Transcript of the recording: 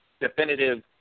definitive